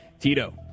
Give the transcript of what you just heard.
Tito